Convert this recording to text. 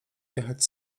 jechać